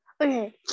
Okay